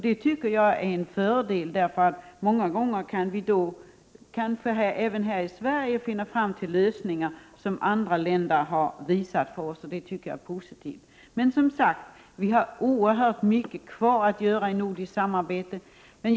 Detta tycker jag är en fördel, för många gånger kan vi här i Sverige tillgodogöra oss lösningar som andra länder har påvisat. Detta tycker jag är positivt. Men som sagt: Vi har oerhört mycket kvar att göra inom nordiskt samarbete.